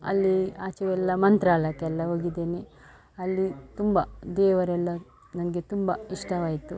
ಅಲ್ಲಿ ಆಚೆಯೆಲ್ಲ ಮಂತ್ರಾಲಯಕ್ಕೆಲ್ಲ ಹೋಗಿದ್ದೇನೆ ಅಲ್ಲಿ ತುಂಬ ದೇವರೆಲ್ಲ ನನಗೆ ತುಂಬ ಇಷ್ಟವಾಯಿತು